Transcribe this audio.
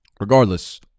Regardless